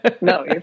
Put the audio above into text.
No